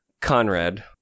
Conrad